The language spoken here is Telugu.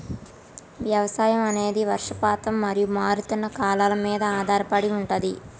వ్యవసాయం అనేది వర్షపాతం మరియు మారుతున్న కాలాల మీద ఆధారపడి ఉంటది